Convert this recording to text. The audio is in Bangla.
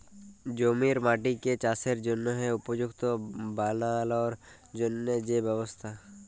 জমির মাটিকে চাসের জনহে উপযুক্ত বানালর জন্হে যে ব্যবস্থা